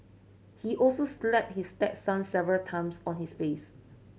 he also slapped his stepson several times on his face